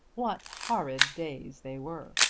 what horrid days they were!